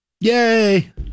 yay